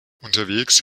unterwegs